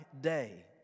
day